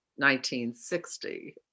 1960